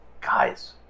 Guys